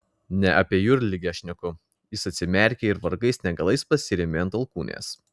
ne apie jūrligę šneku jis atsimerkė ir vargais negalais pasirėmė ant alkūnės